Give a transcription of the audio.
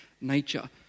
nature